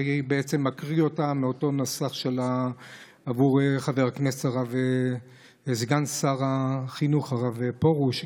אני מקריא אותה מאותו נוסח בעבור חבר הכנסת סגן שר החינוך הרב פרוש.